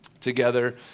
together